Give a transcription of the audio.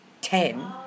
Ten